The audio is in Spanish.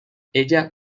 ella